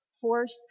force